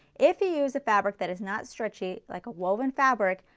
if you use a fabric that is not stretchy like a woven fabric,